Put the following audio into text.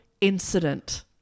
Incident